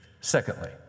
Secondly